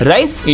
Rice